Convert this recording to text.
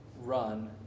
run